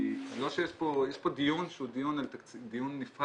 יש פה דיון שהוא דיון נפרד,